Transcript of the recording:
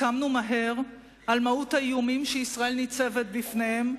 הסכמנו מהר על מהות האיומים שישראל ניצבת בפניהם,